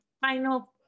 final